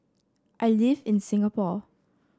I live in Singapore